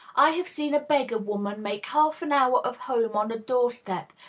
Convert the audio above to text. i have seen a beggar-woman make half an hour of home on a doorstep,